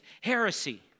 heresy